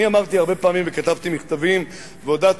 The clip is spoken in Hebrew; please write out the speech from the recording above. אני אמרתי הרבה פעמים וכתבתי מכתבים והודעתי